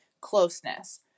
closeness